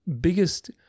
biggest